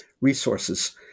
resources